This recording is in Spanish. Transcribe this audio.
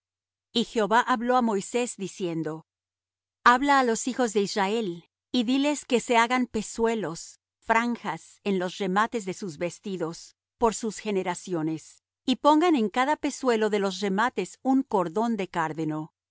y jehová habló á moisés diciendo habla á los hijos de israel y diles que se hagan pezuelos franjas en los remates de sus vestidos por sus generaciones y pongan en cada pezuelo de los remates un cordón de cárdeno